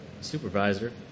supervisor